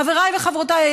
חבריי וחברותיי,